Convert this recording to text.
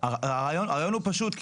הרעיון הוא פשוט.